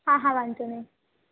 હા હા વાંધો નહીં